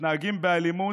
מתנהגים באלימות,